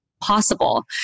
possible